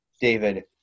David